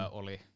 oli